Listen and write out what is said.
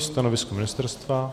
Stanovisko ministerstva?